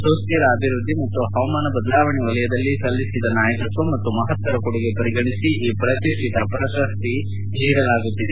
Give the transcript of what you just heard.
ಸುಶ್ತಿರ ಅಭಿವೃದ್ದಿ ಮತ್ತು ಪವಾಮಾನ ಬದಲಾವಣೆ ಕ್ಷೇತ್ರದಲ್ಲಿ ಸಲ್ಲಿಸಿದ ನಾಯಕತ್ವ ಮತ್ತು ಮಹತ್ತರ ಕೊಡುಗೆ ಪರಿಗಣಿಸಿ ಈ ಪ್ರತಿಷ್ಠಿತ ಪ್ರಶಸ್ತಿ ನೀಡಲಾಗುತ್ತಿದೆ